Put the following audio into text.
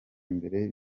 mbere